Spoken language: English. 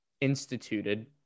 instituted